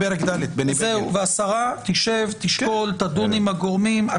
והשרה תשב, תשקול, תדון עם הגורמים.